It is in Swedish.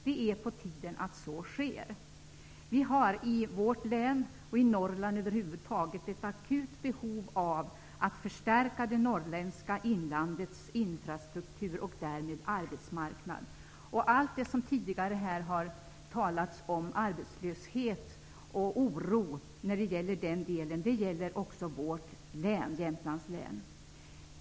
Det är på tiden att så sker. Vi har i vårt län och i Norrlands inland över huvud taget ett akut behov av att förstärka vår infrastruktur och därmed vår arbetsmarknad. Allt det som här har sagts om arbetslöshet och oro i detta område gäller också beträffande Jämtlands län.